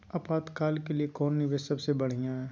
आपातकाल के लिए कौन निवेस सबसे बढ़िया है?